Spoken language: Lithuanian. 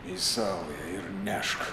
į saują ir nešk